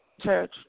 Church